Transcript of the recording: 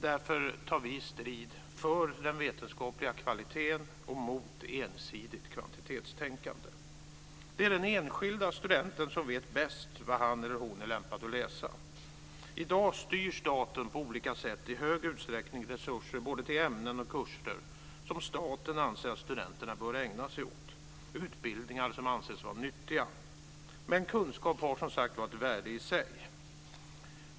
Därför tar vi strid för den vetenskapliga kvaliteten och mot ensidigt kvantitetstänkande. Det är den enskilde studenten som vet bäst vad han eller hon är lämpad att läsa. I dag styr staten på olika sätt i hög utsträckning resurser både till ämnen och kurser som staten anser att studenterna bör ägna sig åt - utbildningar som anses vara nyttiga. Men kunskap har som sagt ett värde i sig.